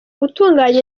gutunganya